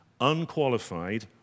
unqualified